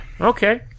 Okay